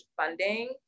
funding